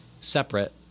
separate